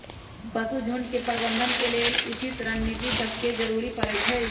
पशु झुण्ड के प्रबंधन के लेल उचित रणनीति सभके जरूरी परै छइ